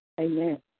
Amen